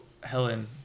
Helen